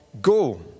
go